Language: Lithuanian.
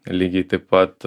lygiai taip pat